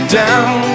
down